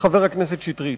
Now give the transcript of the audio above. חבר הכנסת שטרית.